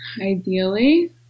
ideally